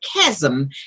chasm